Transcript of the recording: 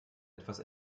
etwas